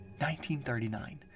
1939